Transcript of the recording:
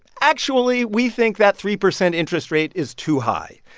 actually, we think that three percent interest rate is too high.